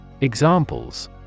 Examples